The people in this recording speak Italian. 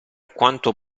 quanto